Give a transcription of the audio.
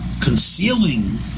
concealing